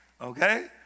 okay